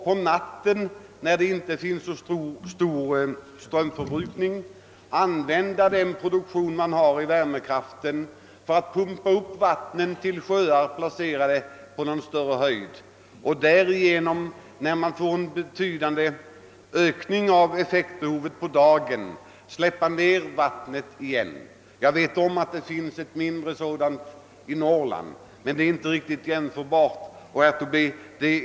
På natten, när strömförbrukningen inte är så stor, används den produktion man har i värmekraften för att pumpa upp vattnet till sjöar som är placerade på någon större höjd. När det blir en betydande ökning av effektbehovet på dagen släpps vattnet ned igen. Jag vet att det finns ett mindre sådant i Norrland, men det är inte riktigt jämförbart.